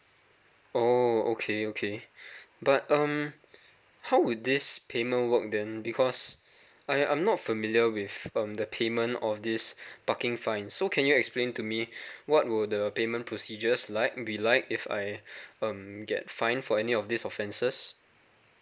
oh okay okay but um how would this payment work then because I I'm not familiar with um the payment of this parking fines so can you explain to me what will the payment procedures like be like if I um get fine for any of these offenses